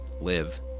live